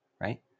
right